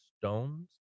stones